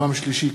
יום שלישי,